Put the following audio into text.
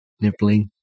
nibbling